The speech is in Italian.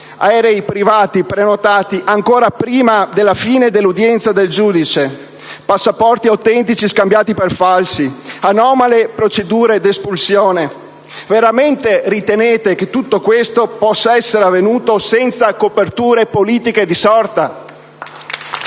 aerei privati prenotati ancora prima della fine dell'udienza del giudice, passaporti autentici scambiati per falsi, anomale procedure di espulsione, possa essere avvenuta senza coperture politiche di sorta?